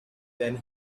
then